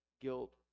guilt